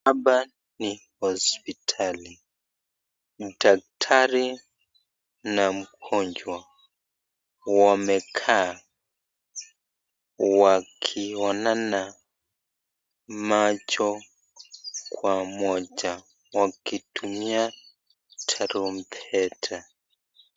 Hapa ni hosiptali, daktari na mgonjwa wamekaa wakionana macho kwa moja wakitumia tarumbeta.